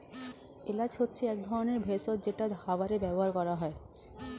এলাচ হচ্ছে এক ধরনের ভেষজ যেটা খাবারে ব্যবহার করা হয়